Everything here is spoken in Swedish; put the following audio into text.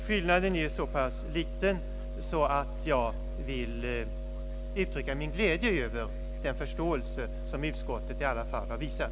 Skillnaden är så pass liten att jag vill uttrycka min glädje över den förståelse som utskottet i alla fall har visat.